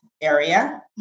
area